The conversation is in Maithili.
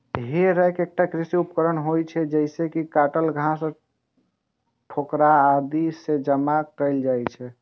हे रैक एकटा कृषि उपकरण होइ छै, जइसे काटल घास, ठोकरा आदि कें जमा कैल जाइ छै